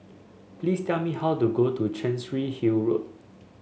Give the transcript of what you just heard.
please tell me how to go to Chancery Hill Road